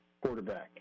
quarterback